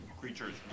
creatures